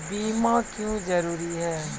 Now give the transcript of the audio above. बीमा क्यों जरूरी हैं?